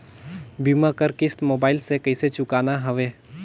बीमा कर किस्त मोबाइल से कइसे चुकाना हवे